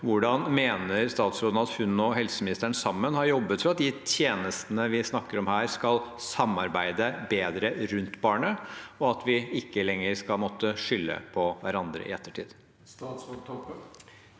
2569 mener statsråden at hun og helseministeren sammen har jobbet for at de tjenestene vi snakker om her, skal samarbeide bedre rundt barnet, og at vi ikke lenger skal måtte skylde på hverandre i ettertid?